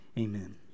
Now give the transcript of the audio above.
amen